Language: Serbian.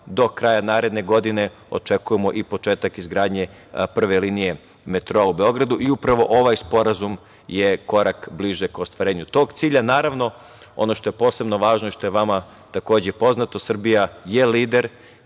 do kraja naredne godine očekujemo i početak izgradnje prve linije metroa u Beogradu i upravo ovaj sporazum je bliže ka ostvarenju tog cilja. Naravno, ono što je posebno važno i što je vama takođe poznato, Srbija je lider